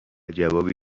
جوابی